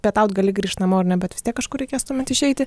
pietaut gali grįžt namo ar ne bet vis tiek kažkur reikės tuomet išeiti